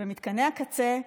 במתקני הקצה,